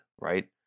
right